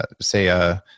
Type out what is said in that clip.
say